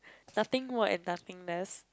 nothing more and nothing less